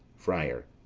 friar.